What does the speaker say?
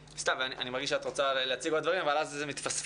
אני מרגיש שאת רוצה להציג עוד דברים אבל אז זה מתפספס.